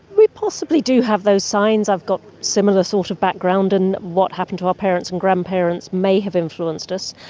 we possibly do have those signs. i've got a similar sort of background, and what happened to our parents and grandparents may have influenced us.